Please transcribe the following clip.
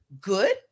good